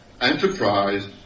enterprise